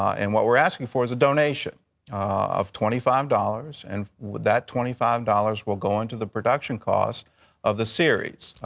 and what we're asking for is a donation of twenty five dollars. and that twenty five dollars will go into the production cost of the series.